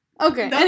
Okay